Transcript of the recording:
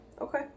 Okay